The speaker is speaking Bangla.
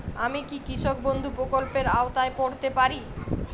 আমি কি কৃষক বন্ধু প্রকল্পের আওতায় পড়তে পারি?